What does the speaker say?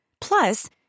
Plus